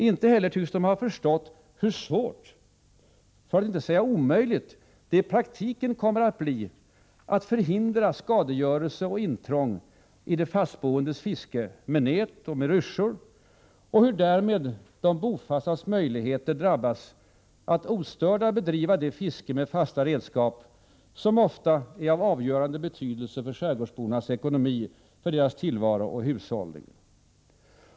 Inte heller tycks de ha förstått hur svårt, för att inte säga omöjligt, det i praktiken kommer att bli att förhindra skadegörelse och intrång i de fastboendes fiske med nät och ryssjor och hur därmed de bofastas möjligheter drabbas att ostörda bedriva det fiske med fasta redskap som ofta är av avgörande betydelse för skärgårdsbornas ekonomi, tillvaro och hushållning.